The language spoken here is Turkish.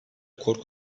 korku